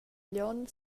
glion